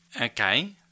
Okay